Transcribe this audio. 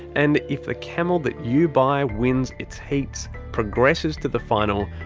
and if the camel that you buy wins its heats, progresses to the final,